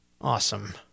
Awesome